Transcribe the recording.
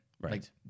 Right